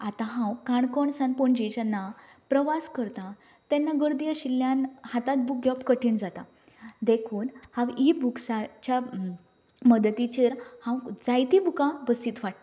आतां हांव काणकोण सावन पणजे जेन्ना प्रवास करतां तेन्ना गर्दी आशिल्ल्यान हातांत बूक घेवप कठीण जाता देखून हांव ईबुक्साच्या मदतीचेर हांव जायतीं बुकां बसींत वाचता